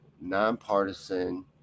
nonpartisan